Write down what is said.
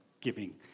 giving